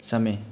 समय